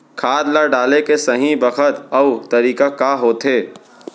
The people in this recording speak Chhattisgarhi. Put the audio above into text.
खाद ल डाले के सही बखत अऊ तरीका का होथे?